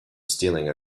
stealing